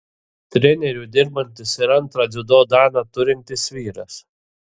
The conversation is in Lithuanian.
treneriu dirbantis ir antrą dziudo daną turintis vyras